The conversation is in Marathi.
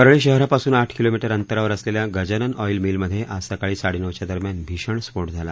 परळी शहरापासून आठ किलोमीटर अंतरावर असलेल्या गजानन ऑइल मिलमध्ये आज सकाळी साडेनऊच्या दरम्यान भीषण स्फोट झाला